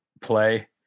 play